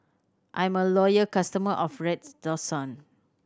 I'm a loyal customer of Redoxon